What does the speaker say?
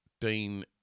Dean